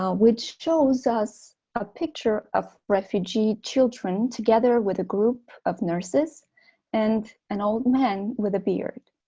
ah which shows us a picture of refugee children together with a group of nurses and an old man with a beard